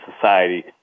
society